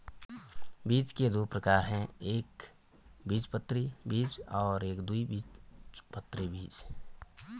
बीज के दो प्रकार है एकबीजपत्री बीज और द्विबीजपत्री बीज